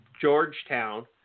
Georgetown